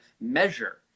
measure